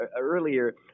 earlier